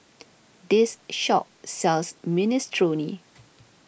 this shop sells Minestrone